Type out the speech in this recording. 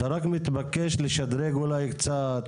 אתה רק מתבקש לשדרג אולי קצת.